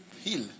Heal